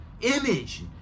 image